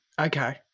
Okay